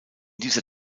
dieser